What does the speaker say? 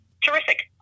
Terrific